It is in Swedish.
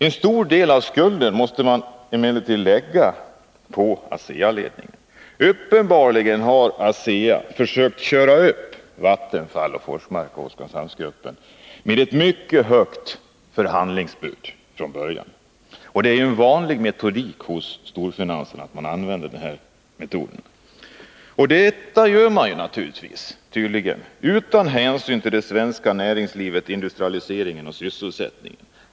En stor del av skulden måste man emellertid lägga på ASEA-ledningen. Uppenbarligen har ASEA försökt ”köra upp” Vattenfall samt Forsmarksoch Oskarshamnsgrupperna med ett mycket högt förhandlingsbud från början. Det är en vanlig metodik som storfinansen använder. Detta gör man naturligtvis utan hänsyn till det svenska näringslivet, industrialiseringen och sysselsättningen.